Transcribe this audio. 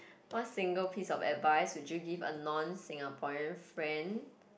what single piece of advice would you give a non Singaporean friend